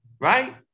Right